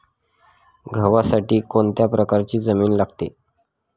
गव्हासाठी कोणत्या प्रकारची जमीन लागते?